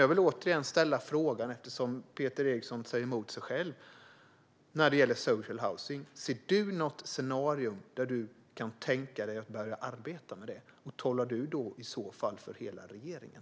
Jag vill återigen ställa frågan, eftersom Peter Eriksson säger emot sig själv när det gäller social housing. Ser du något scenario där du kan tänka dig att börja arbeta med det? Talar du i så fall för hela regeringen?